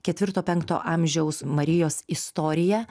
ketvirto penkto amžiaus marijos istorija